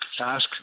ask